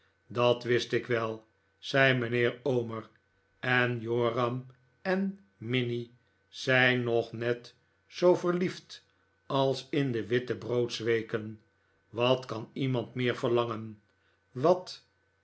dat wist ik wel zei mijnheer omer en joram en minnie zijn nog net zoo verliefd als in de wittebroodsweken wat kan iemand meer verlangen wat